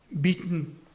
Beaten